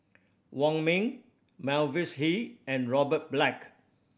Wong Ming Mavis Hee and Robert Black